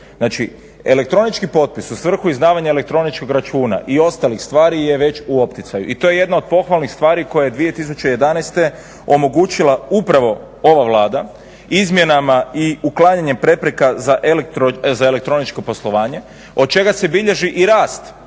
Znači elektronički potpis u svrhu izdavanja elektroničkog računa i ostalih stvari je već u opticaju i to je jedna od pohvalnih stvari koju je 2011. omogućila upravo ova Vlada izmjenama i uklanjanjem prepreka za elektroničko poslovanje, od čega se bilježi i rast